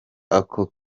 ako